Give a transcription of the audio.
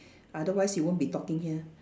otherwise you won't be talking here